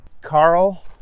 Carl